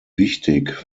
wichtig